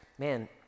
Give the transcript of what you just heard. Man